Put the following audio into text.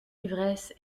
ivresse